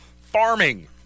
farming